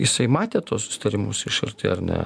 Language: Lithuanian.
jisai matė tuos susitarimus iš arti ar ne